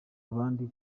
abandi